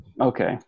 Okay